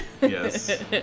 yes